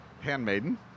Handmaiden